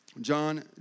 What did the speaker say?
John